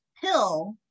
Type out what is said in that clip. pill